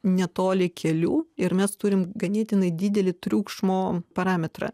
netoli kelių ir mes turim ganėtinai didelį triukšmo parametrą